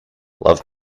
love